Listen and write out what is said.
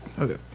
Okay